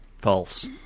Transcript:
False